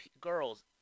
girls